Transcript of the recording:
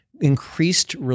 increased